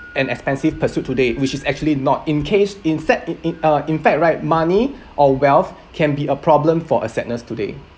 an expensive pursuit today which is actually not in case in fact in in in fact right money or wealth can be a problem for a sadness today